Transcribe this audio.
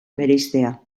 bereiztea